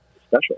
special